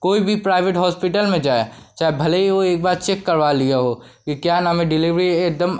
कोई भी private hospital में जाया चाहे भले ही वह एक बार चेक करवा लिया हो कि क्या नाम है डिलेवरी एक दम